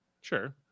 sure